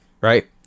right